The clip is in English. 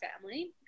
family